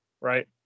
Right